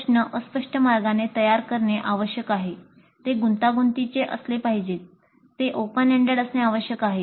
उत्पादन आर्टिफॅक्ट व्यावसायिक गुणवत्तेचे तांत्रिक अहवाल किंवा विभागाने ठरविल्याप्रमाणे इतर काहीही असू शकते